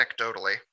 anecdotally